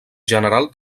general